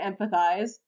empathize